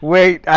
Wait